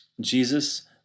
Jesus